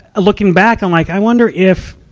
looking back, i'm like, i wonder if,